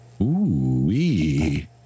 Ooh-wee